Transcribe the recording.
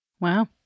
Wow